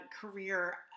career